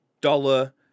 dollar